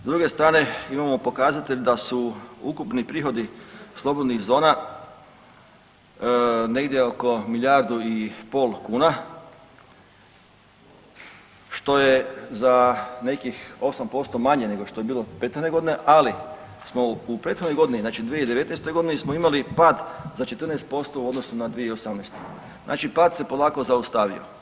S druge strane imamo pokazatelje da su ukupni prihodi slobodnih zona negdje oko milijardu i pol kuna, što je za nekih 8% manje nego što je bilo prethodne godine, ali smo u prethodnoj godini znači 2019.g. smo imali pad za 14% u odnosu na 2018., znači pad se polako zaustavio.